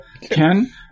Ken